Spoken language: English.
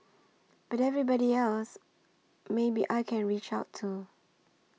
but everybody else maybe I can reach out to